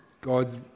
God's